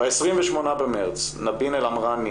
ב-28 במרץ נבין אלעמרני,